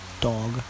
dog